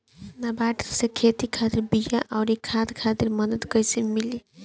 नाबार्ड से खेती खातिर बीया आउर खाद खातिर मदद कइसे मिली?